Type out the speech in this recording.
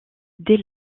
dès